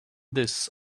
this